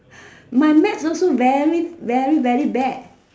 my maths also very very very bad